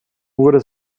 wurde